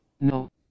No